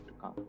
come